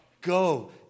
Go